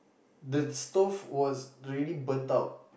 the stove was really burnt out